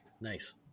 Nice